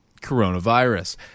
coronavirus